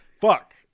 Fuck